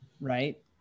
right